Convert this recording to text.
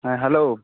ᱦᱮᱸ ᱦᱮᱞᱳ